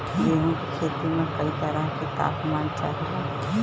गेहू की खेती में कयी तरह के ताप मान चाहे ला